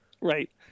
Right